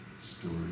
story